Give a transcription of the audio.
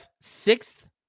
sixth